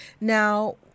Now